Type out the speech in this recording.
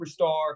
superstar